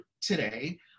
today